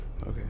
Okay